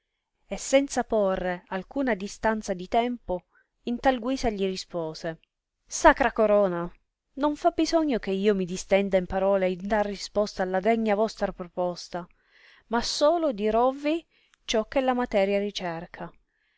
e senza porre alcuna distanza di tempo in tal guisa gli rispose sacra corona non fa bisogno che io mi distenda in parole in dar risposta alla degna vostra proposta ma solo dirovvi ciò che la materia ricerca